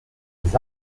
des